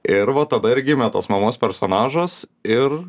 ir va tada ir gimė tos mamos personažas ir